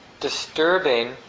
disturbing